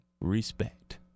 Respect